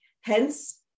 Hence